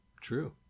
True